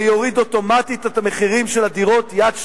זה יוריד אוטומטית את המחירים של הדירות יד שנייה,